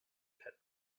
pet